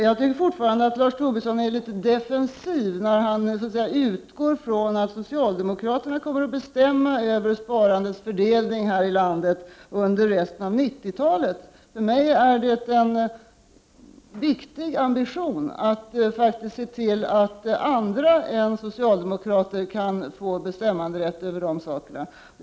Jag tycker fortfarande att Lars Tobisson är litet defensiv, när han utgår från att socialdemokraterna kommer att bestämma över sparandets fördelning här i landet under resten av 90-talet. För mig är det en viktig ambition att se till att andra än socialdemokrater kan få bestämmanderätt över de sakerna.